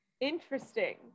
Interesting